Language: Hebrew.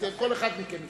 כל אחד מכם יפקח.